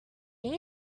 need